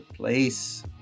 place